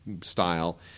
style